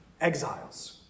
exiles